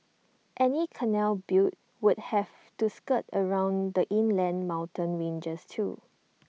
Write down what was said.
any canal built would have to skirt around the inland mountain ranges too